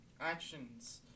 actions